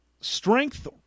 strength